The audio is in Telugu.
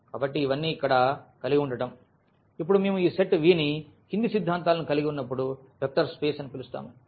కాబట్టి ఇవన్నీ ఇక్కడ కలిగి ఉండటం ఇప్పుడు మేము ఈ సెట్ V ని కింది సిద్ధాంతాలను కలిగి ఉన్నప్పుడు వెక్టర్ స్పేస్ అని పిలుస్తాము